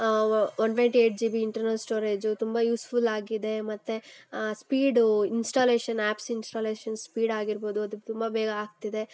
one twenty eight G B internal storage ತುಂಬ useful ಆಗಿದೆ ಮತ್ತು ಸ್ಪೀಡು ಇನ್ಸ್ಟಾಲ್ಲೇಷನ್ ಆ್ಯಪ್ಸ್ ಇನ್ಸ್ಟಾಲ್ಲೇಷನ್ ಸ್ಪೀಡಾಗಿರ್ಬೋದು ಅದು ತುಂಬ ಬೇಗ ಆಗ್ತಿದೆ